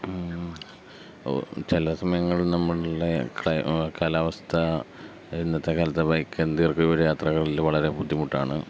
ചില സമയങ്ങളിൽ നമ്മളുടെ കാലാവസ്ഥ ഇന്നത്തെ കാലത്തെ ബൈക്ക് ദീർഘ ദൂര യാത്രകളിൽ വളരെ ബുദ്ധിമുട്ടാണ്